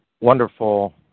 wonderful